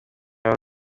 wari